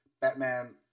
Batman